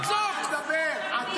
לצעוק.